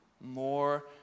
more